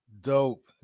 Dope